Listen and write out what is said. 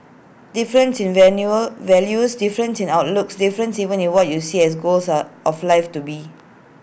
differences in value values differences in outlooks differences even in what we see as goals of life to be